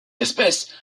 espèce